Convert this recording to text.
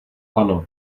ano